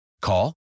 Call